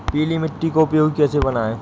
पीली मिट्टी को उपयोगी कैसे बनाएँ?